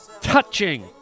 Touching